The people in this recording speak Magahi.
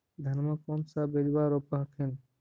धनमा कौन सा बिजबा रोप हखिन?